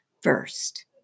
first